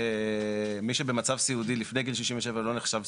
מי שבמצב סיעודי לפני גיל 67, לא נחשב,